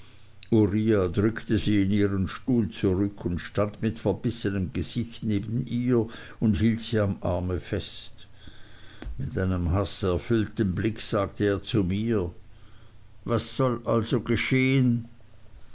uriah drückte sie in ihren stuhl zurück und stand mit verbissenem gesicht neben ihr und hielt sie am arme fest mit einem haßerfüllten blick sagte er zu mir was soll also geschehen